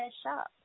shop